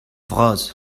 vras